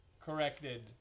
corrected